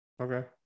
Okay